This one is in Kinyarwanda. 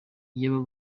iyo